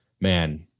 man